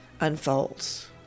unfolds